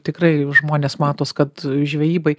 tikrai žmonės matos kad žvejybai